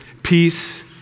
Peace